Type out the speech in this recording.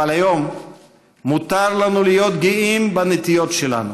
אבל היום מותר לנו להיות גאים בנטיעות שלנו,